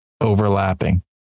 overlapping